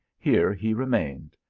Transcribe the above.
here he remained,